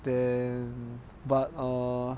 then but err